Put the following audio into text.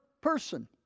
person